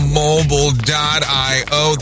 mobile.io